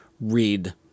read